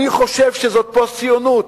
אני חושב שזו פוסט-ציונות,